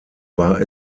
war